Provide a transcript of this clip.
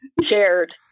Shared